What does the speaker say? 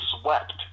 swept